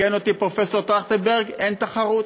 תקן אותי, פרופסור טרכטנברג אין תחרות.